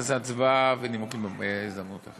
אז הצבעה ונימוקים, בהזדמנות אחרת.